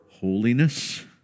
Holiness